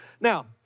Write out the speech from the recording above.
Now